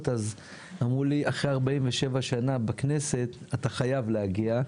אז אמרו לי: אחרי 47 שנה בכנסת אתה חייב להגיע.